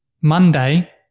Monday